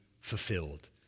fulfilled